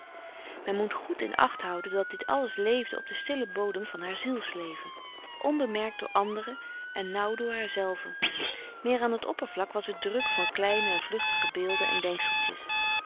men moet goed in acht houden dat dit alles leefde op den stillen bodem van haar zielsleven onbemerkt door anderen en nauw door haar zelve meer aan t oppervlak was het druk van kleine en vluchtige beelden en denkseltjes